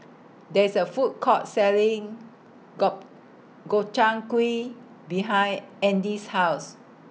There IS A Food Court Selling Gob Gobchang Gui behind Andy's House